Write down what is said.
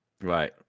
right